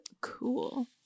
cool